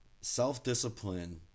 Self-discipline